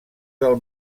del